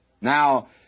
Now